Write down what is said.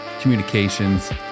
communications